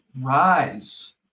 rise